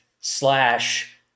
slash